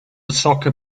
soccer